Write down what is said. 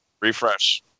Refresh